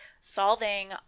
solving